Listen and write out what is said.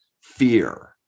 fear